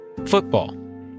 Football